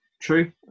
True